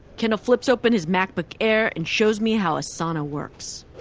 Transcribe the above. kendall flips open his macbook air and shows me how asana works.